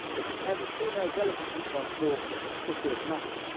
that if ever female delicacy shone forth in a conspicuous manner,